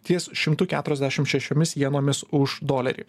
ties šimtu keturiasdešim šešiomis jenomis už dolerį